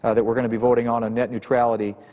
ah that we're going to be voting on, on net neutrality,